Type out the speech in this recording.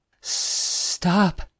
Stop